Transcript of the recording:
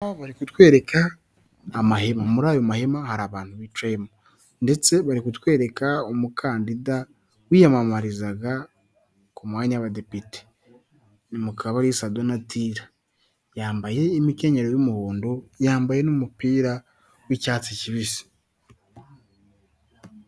Bari kutwereka amahema, muri ayo mahema hari abantu bicayemo ndetse bari kutwereka umukandida wiyamamarizaga ku mwanya w'abadepite, ni Mukabalisa Donatila, yambaye imikenyero y'umuhondo, yambaye n'umupira w'icyatsi kibisi.